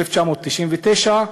1999,